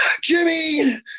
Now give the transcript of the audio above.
Jimmy